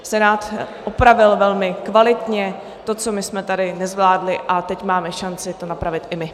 Senát opravil velmi kvalitně to, co my jsme tady nezvládli, a teď máme šanci to napravit i my.